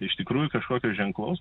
iš tikrųjų kažkokio ženklaus